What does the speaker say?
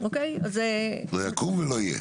לא יקום ולא יהיה.